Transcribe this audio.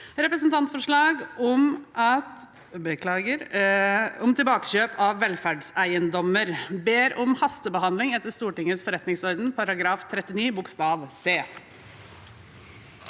representantforslag om tilbakekjøp av velferdseiendommer. Jeg ber om hastebehandling etter Stortingets forretningsorden § 39 c.